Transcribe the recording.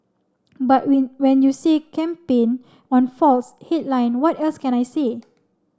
but when when you see campaign on faults headline what else can I say